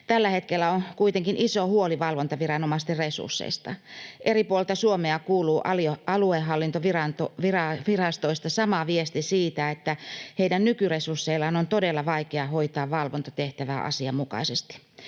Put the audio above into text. Tällä hetkellä on kuitenkin iso huoli valvontaviranomaisten resursseista. Eri puolilta Suomea kuuluu aluehallintovirastoista sama viesti siitä, että heidän nykyresursseillaan on todella vaikea hoitaa valvontatehtävää asianmukaisesti.